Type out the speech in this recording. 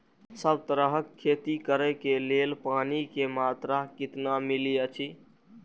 सब तरहक के खेती करे के लेल पानी के मात्रा कितना मिली अछि?